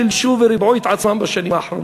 שילשו וריבעו את עצמם בשנים האחרונות,